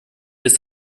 ist